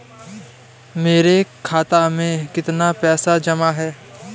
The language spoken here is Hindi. मेरे खाता में कितनी पैसे जमा हैं?